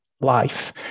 life